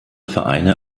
vereine